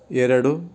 ಎರಡು